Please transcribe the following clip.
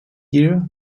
year